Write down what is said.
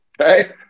Okay